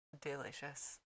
Delicious